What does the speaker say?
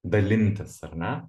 dalintis ar ne